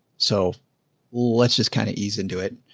so let's just kind of ease into it.